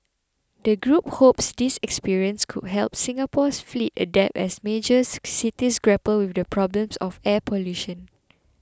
the group hopes this experience could help Singapore's fleet adapt as major cities grapple with the problems of air pollution